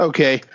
Okay